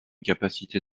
capacité